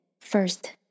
first